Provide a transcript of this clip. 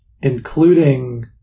including